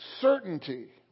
certainty